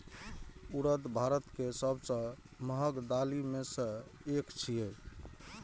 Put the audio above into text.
उड़द भारत के सबसं महग दालि मे सं एक छियै